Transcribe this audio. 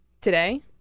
Today